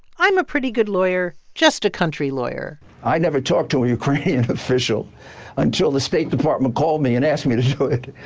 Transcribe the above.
i'm a pretty good lawyer just a country lawyer i never talked to a ukrainian official until the state department called me and asked me to do so it.